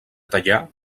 tallar